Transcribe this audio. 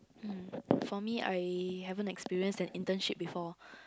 mm for me I haven't experienced an internship before